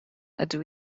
ydw